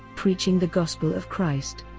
preaching the gospel of christ.